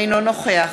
אינו נוכח